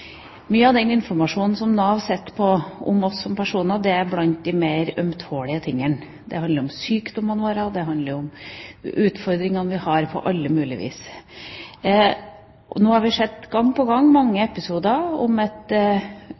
Mye av den informasjonen som Nav sitter på om oss som personer, er blant de mer ømtålige tingene. Det handler om sykdommene våre, om utfordringene vi har på alle mulige vis. Nå har vi sett gang på gang episoder